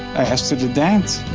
i asked her to dance